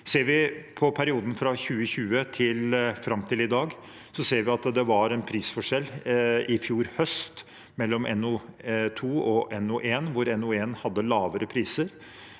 på perioden fra 2020 og fram til i dag, ser vi at det var en prisforskjell i fjor høst mellom NO2 og NO1, hvor NO1 hadde lavere priser.